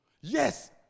Yes